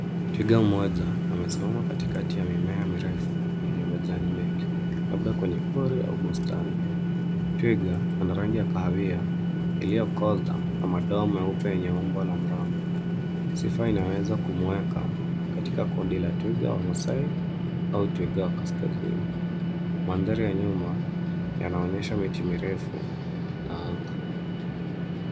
Twiga mmoja amesimama katikati ya mimea mirefu enye majani mengi, labda kwenye pori au bustani. Twiga ana rangi ya kahawia iliyokoza na madoa meupe yenye umbo la mraba. Sifa inaweza kumweka katika kundi la twiga wa Maasai au twiga wa Kaskazini. Mandhari ya nyuma yanaonyesha miti mirefu na anga.